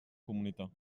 comunità